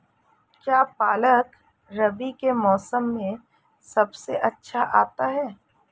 क्या पालक रबी के मौसम में सबसे अच्छा आता है?